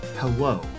Hello